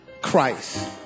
Christ